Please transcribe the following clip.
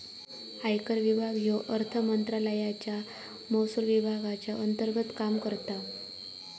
आयकर विभाग ह्यो अर्थमंत्रालयाच्या महसुल विभागाच्या अंतर्गत काम करता